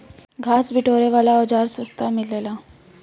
घास बिटोरे वाला औज़ार सस्ता मिलेला